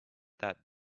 that